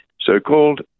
so-called